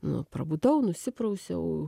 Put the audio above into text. nu prabudau nusiprausiau